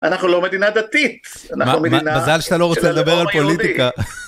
אנחנו לא מדינה דתית -מזל שאתה לא רוצה לדבר על פוליטיקה -אנחנו מדינה של הלאום היהודי.